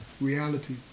reality